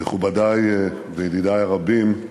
מכובדי וידידי הרבים,